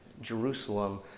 Jerusalem